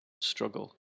struggle